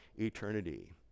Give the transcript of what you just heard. eternity